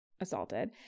assaulted